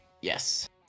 Yes